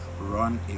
run